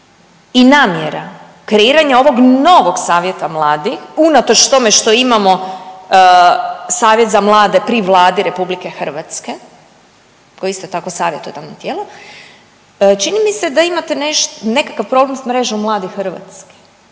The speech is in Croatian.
i namjera kreiranja ovog novog savjeta mladih unatoč tome što imamo savjet za mlade pri Vladi RH koji isto tako savjetodavno tijelo, čini mi se da imate .../nerazumljivo/... nekakav problem s Mrežom mladih Hrvatske